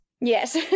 Yes